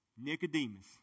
Nicodemus